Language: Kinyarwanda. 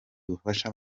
bufasha